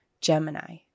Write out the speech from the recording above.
Gemini